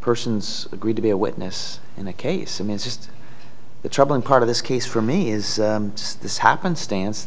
persons agreed to be a witness in the case and it's just the troubling part of this case for me is this happenstance